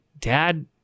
dad